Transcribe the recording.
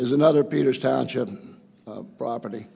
is another peters township property